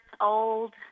old